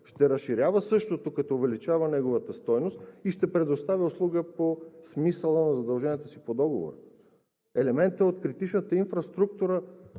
ще разширява същото, като увеличава неговата стойност и ще предоставя услуга по смисъла на задълженията си по договора. Елементът от критичната инфраструктура